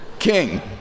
king